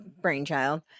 brainchild